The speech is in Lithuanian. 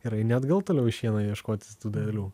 ir eini atgal toliau į šieną ieškotis tų dalių